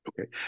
Okay